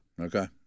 Okay